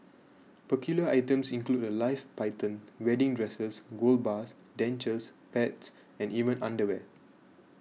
peculiar items include a live python wedding dresses gold bars dentures pets and even underwear